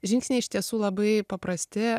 žingsniai iš tiesų labai paprasti